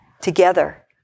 together